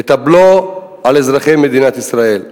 את הבלו על אזרחי מדינת ישראל.